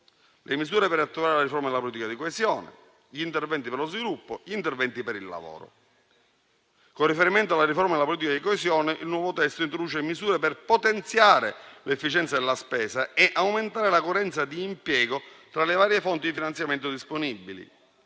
le misure per attuare la riforma della politica di coesione, gli interventi per lo sviluppo, gli interventi per il lavoro. Con riferimento alla riforma della politica di coesione, il nuovo testo introduce misure per potenziare l'efficienza della spesa e aumentare la coerenza di impiego tra le varie fonti di finanziamento disponibili.